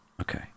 okay